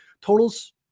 Totals